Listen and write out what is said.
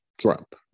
Trump